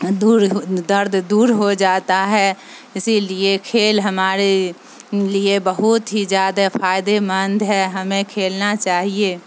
دور درد دور ہو جاتا ہے اسی لیے کھیل ہمارے لیے بہت ہی زیادہ فائدے مند ہے ہمیں کھیلنا چاہیے